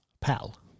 pal